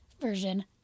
version